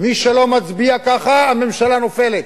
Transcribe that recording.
מי שלא מצביע ככה הממשלה נופלת.